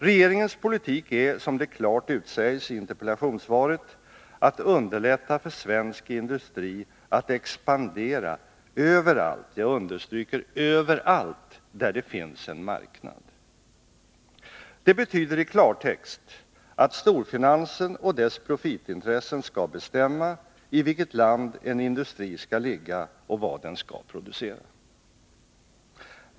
Regeringens politik är, som det klart utsägs i interpellationssvaret, att underlätta för svensk industri att expandera överallt där det finns en marknad. Det betyder i klartext att storfinansen och dess profitintressen skall bestämma i vilket land en industri skall ligga och vad den skall producera.